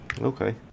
Okay